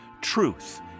truth